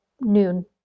noon